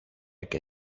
que